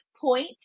point